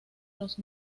los